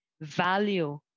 value